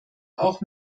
auch